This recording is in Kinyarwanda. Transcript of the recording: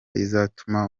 izatuma